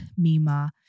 Mima